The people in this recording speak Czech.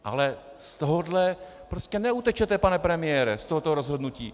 Ale z tohohle prostě neutečete, pane premiére, z tohoto rozhodnutí.